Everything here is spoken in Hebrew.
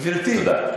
תודה.